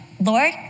Lord